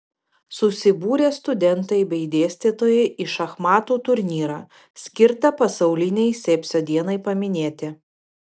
susibūrė studentai bei dėstytojai į šachmatų turnyrą skirtą pasaulinei sepsio dienai paminėti